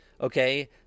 okay